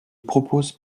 propose